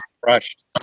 crushed